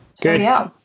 Good